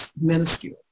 minuscule